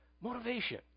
Motivation